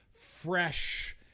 fresh